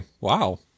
Wow